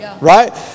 right